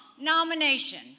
nomination